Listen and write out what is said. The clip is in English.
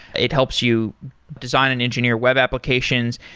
it helps you design an engineer web applications,